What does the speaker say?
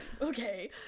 okay